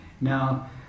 Now